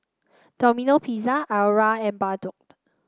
Domino Pizza Iora and Bardot